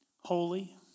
holy